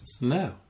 No